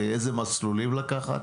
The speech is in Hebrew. ואילו מסלולים לקחת.